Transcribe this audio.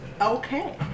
Okay